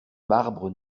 marbre